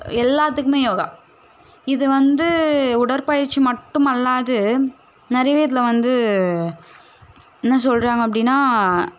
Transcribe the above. எல்லாத்துக்குமே யோகா இது வந்து உடற்பயிற்சி மட்டும் அல்லாது நிறையவே இதில் வந்து என்ன சொல்கிறாங்க அப்படினா